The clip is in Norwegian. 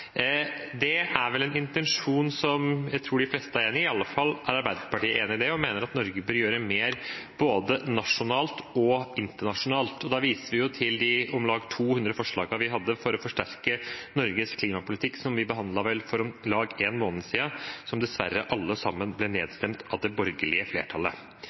Det er vel en intensjon som jeg tror de fleste er enig i – iallfall er Arbeiderpartiet enig i det og mener at Norge bør gjøre mer både nasjonalt og internasjonalt. Da viser vi til de om lag 200 forslagene vi hadde for å forsterke Norges klimapolitikk, som vi behandlet for om lag en måned siden, og som dessverre – alle sammen – ble nedstemt av det borgerlige flertallet.